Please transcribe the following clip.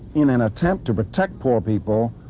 in an attempt to protect poor people,